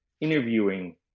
interviewing